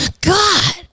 God